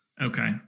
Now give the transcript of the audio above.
Okay